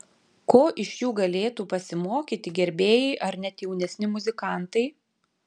ko iš jų galėtų pasimokyti gerbėjai ar net jaunesni muzikantai